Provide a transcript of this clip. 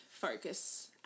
focus